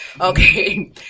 Okay